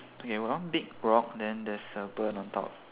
okay one big rock then there's a bird on top